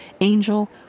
*Angel*